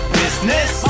business